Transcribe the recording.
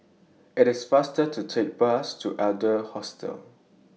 IT IS faster to Take The Bus to Adler Hostel